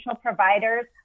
providers